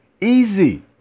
easy